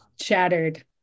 shattered